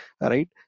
right